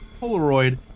Polaroid